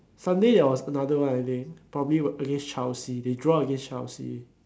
Sunday there was another one I think probably against Chelsea they draw against Chelsea